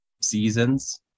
seasons